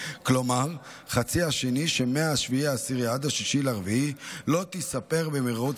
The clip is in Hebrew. כלומר חצי השנה שמ-7 באוקטובר עד 6 באפריל לא תיספר במרוץ